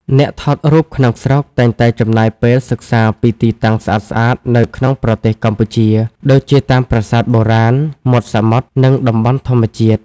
អ្នកថតរូបក្នុងស្រុកតែងតែចំណាយពេលសិក្សាពីទីតាំងស្អាតៗនៅក្នុងប្រទេសកម្ពុជា ដូចជាតាមប្រាសាទបុរាណ មាត់សមុទ្រ និងតំបន់ធម្មជាតិ។